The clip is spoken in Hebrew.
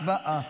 הצבעה.